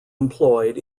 employed